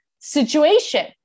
situation